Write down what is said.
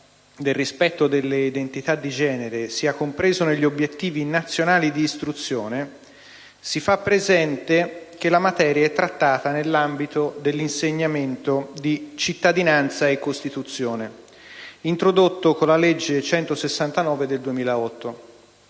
del rispetto delle identità di genere sia compreso negli obiettivi nazionali di istruzione, si fa presente che la materia è trattata nell'ambito dell'insegnamento di «Cittadinanza e Costituzione», introdotto con la legge n. 169 del 2008,